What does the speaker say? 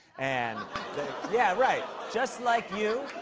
and yeah, right. just like you.